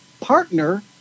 partner